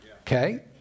Okay